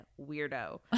weirdo